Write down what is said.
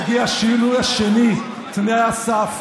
מגיע השינוי השני: תנאי הסף.